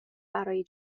برای